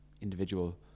individual